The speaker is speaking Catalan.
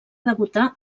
debutar